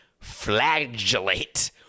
flagellate